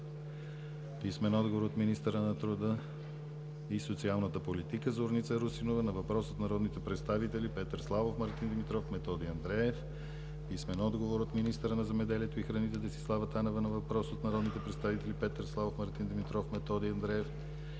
писмен отговор от министъра на труда и социалната политика Зорница Русинова на въпрос от народните представители Петър Славов, Мартин Димитров, Методи Андреев; - писмен отговор от министъра на земеделието и храните Десислава Танева на въпрос от народните представители Петър Славов, Мартин Димитров и Методи Андреев;